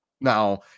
now